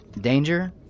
danger